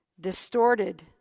Distorted